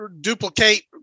duplicate